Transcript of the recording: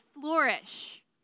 flourish